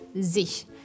sich